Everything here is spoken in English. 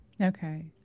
Okay